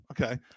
okay